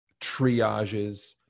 triages